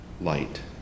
light